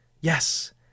Yes